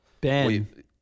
ben